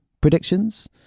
predictions